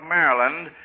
Maryland